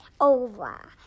over